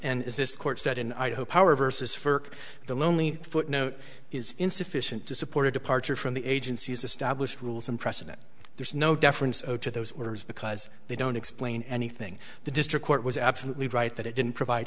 is this court set in idaho power versus for the lonely footnote is insufficient to support a departure from the agency's established rules and precedent there's no difference to those orders because they don't explain anything the district court was absolutely right that it didn't provide